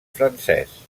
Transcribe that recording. francès